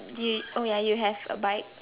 you oh ya you have a bike